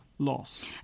loss